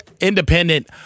independent